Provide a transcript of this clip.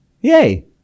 Yay